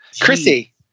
Chrissy